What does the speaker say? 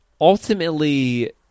ultimately